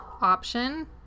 option